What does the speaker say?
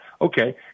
Okay